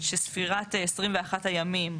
שספירת 21 הימים,